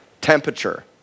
Temperature